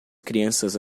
crianças